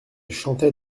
chantait